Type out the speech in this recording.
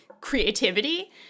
creativity